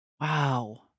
Wow